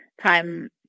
time